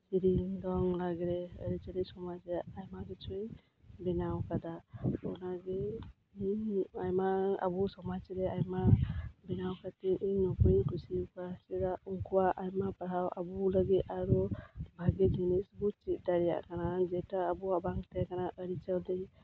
ᱥᱤᱨᱤᱧ ᱫᱚᱝ ᱞᱟᱜᱽᱲᱮ ᱟᱭᱢᱟ ᱠᱤᱪᱷᱩᱭ ᱵᱮᱱᱟᱣ ᱟᱠᱟᱫᱟ ᱚᱱᱟᱜᱮ ᱟᱭᱢᱟ ᱟᱵᱚ ᱥᱚᱢᱟᱡᱽ ᱨᱮ ᱟᱭᱢᱟ ᱵᱮᱱᱟᱣ ᱠᱷᱟᱹᱛᱤᱨ ᱤᱧ ᱱᱩᱠᱩᱧ ᱠᱩᱥᱤᱭᱟᱠᱚᱣᱟ ᱪᱮᱫᱟᱜ ᱩᱱᱠᱩᱣᱟᱜ ᱟᱭᱢᱟ ᱯᱟᱲᱦᱟᱣ ᱟᱵᱚ ᱞᱟᱹᱜᱤᱫ ᱟᱨᱚ ᱵᱷᱟᱜᱮ ᱡᱤᱱᱤᱥ ᱵᱚ ᱪᱮᱫ ᱫᱟᱲᱮᱭᱟᱜ ᱠᱟᱱᱟ ᱡᱮᱴᱟ ᱟᱵᱚᱣᱟᱜ ᱵᱟᱝ ᱛᱟᱦᱮᱸ ᱠᱟᱱᱟ ᱟᱹᱨᱤᱪᱟᱹᱞᱤ